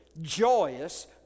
joyous